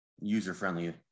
user-friendly